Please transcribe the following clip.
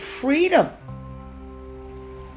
freedom